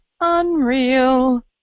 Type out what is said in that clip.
unreal